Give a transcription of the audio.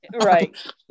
right